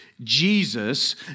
Jesus